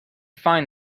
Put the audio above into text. find